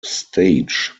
stage